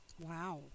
Wow